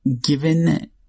given